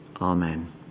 Amen